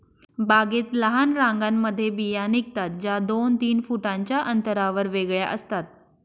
बागेत लहान रांगांमध्ये बिया निघतात, ज्या दोन तीन फुटांच्या अंतरावर वेगळ्या असतात